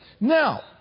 Now